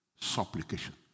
Supplication